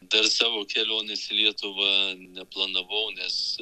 dar savo kelionės į lietuvą neplanavau nes